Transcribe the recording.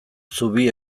zubi